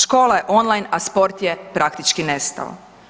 Škola je online, a sport je praktički nestao.